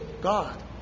God